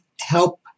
help